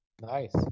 Nice